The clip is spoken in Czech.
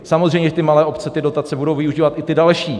Samozřejmě že ty malé obce ty dotace budou využívat, i ty další.